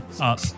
up